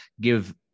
give